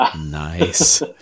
Nice